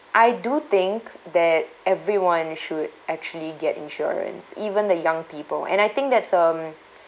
I do think that everyone should actually get insurance even the young people and I think that's um